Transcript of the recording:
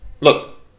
look